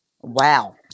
Wow